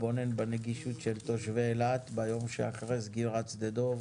בנגישות של תושבי אילת ביום שאחרי סגירת שדה דב,